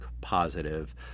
positive